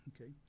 okay